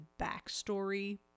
backstory